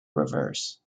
reverse